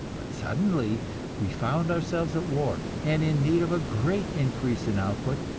but suddenly we found ourselves at war, and in need of a great increase in output,